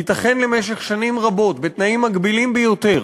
ייתכן למשך שנים רבות, בתנאים מגבילים ביותר,